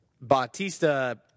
bautista